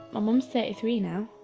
ah mum's thirty three now.